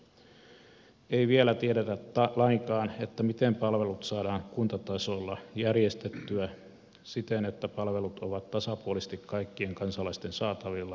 vielä ei tiedetä lainkaan miten palvelut saadaan kuntatasolla järjestettyä siten että palvelut ovat tasapuolisesti kaikkien kansalaisten saatavilla tulotasosta ja asuinpaikasta riippumatta